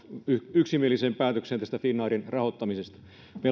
yksimieliseen päätökseen finnairin rahoittamisesta meillä